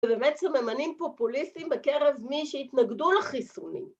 ‫ובאמצע, ממנים פופוליסטים ‫בקרב מי שהתנגדו לחיסוני.